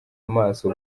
amaso